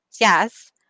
Yes